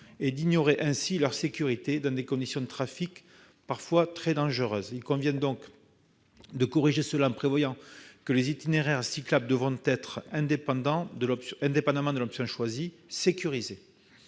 et d'ignorer ainsi leur sécurité dans des conditions de trafic parfois très dangereuses. Il convient dès lors de corriger ce point en prévoyant que les itinéraires cyclables devront être, quelle que soit l'option choisie, sécurisés.